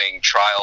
trial